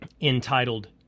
entitled